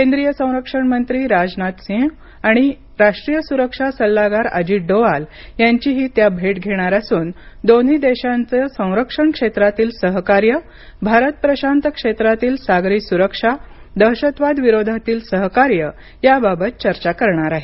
केंद्रीय संरक्षण मंत्री राजनाथ सिंग आणि राष्ट्रीय सुरक्षा सल्लागार अजित डोवाल यांचीही त्या भेट घेणार असून दोन्ही देशांचे संरक्षण क्षेत्रातील सहकार्य भारत प्रशांत क्षेत्रातील सागरी सुरक्षा दहशतवाद विरोधातील सहकार्य याबाबत चर्चा करणार आहेत